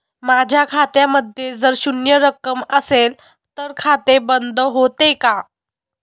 माझ्या खात्यामध्ये जर शून्य रक्कम असेल तर खाते बंद होते का?